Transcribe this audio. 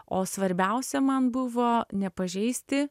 o svarbiausia man buvo nepažeisti